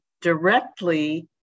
directly